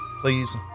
Please